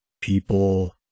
People